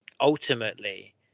ultimately